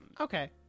Okay